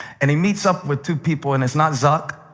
and he meets up with two people, and it's not zuck,